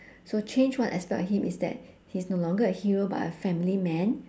so change one aspect of him is that he's no longer a hero but a family man